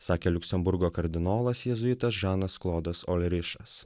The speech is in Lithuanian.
sakė liuksemburgo kardinolas jėzuitas žanas klodas olrišas